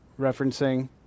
Referencing